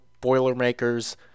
Boilermakers